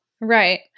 Right